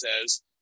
says